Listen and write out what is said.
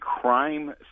crime